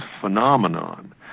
phenomenon